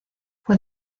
fue